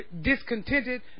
discontented